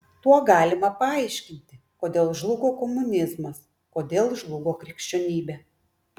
tuo galima paaiškinti kodėl žlugo komunizmas kodėl žlugo krikščionybė